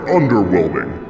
underwhelming